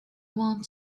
want